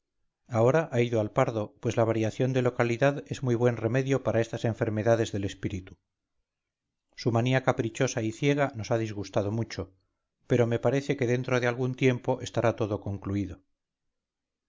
ahora ha ido al pardo pues la variación de localidad es muy buen remedio para estas enfermedades del espíritu su manía caprichosa y ciega nos ha disgustado mucho perome parece que dentro de algún tiempo estará todo concluido